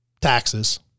taxes